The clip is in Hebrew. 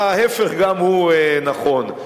וההיפך גם הוא נכון,